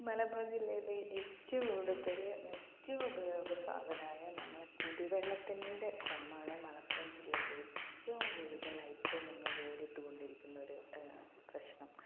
മലപ്പുറം ജില്ലയിലെ ഏറ്റവും കൂടുതല് നിത്യം ഉപയോഗ സാധനമായ നമ്മുടെ കുടിവെള്ളത്തിന്റെ ക്ഷാമാണ് മലപ്പുറം ജില്ലയിലെ ഏറ്റവും കൂടുതലായിട്ട് ഞങ്ങള് നേരിട്ടുകൊണ്ടിരിക്കുന്ന ഒരു പ്രശ്നം